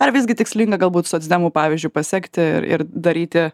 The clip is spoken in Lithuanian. ar visgi tikslinga galbūt socdemų pavyzdžiu pasekti ir ir daryti